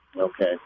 Okay